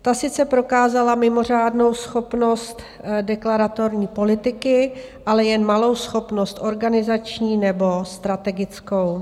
Ta sice prokázala mimořádnou schopnost deklaratorní politiky, ale jen malou schopnost organizační nebo strategickou.